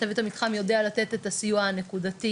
צוות המתחם יודע לתת את הסיוע הנקודתי